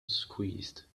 squeezed